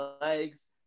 legs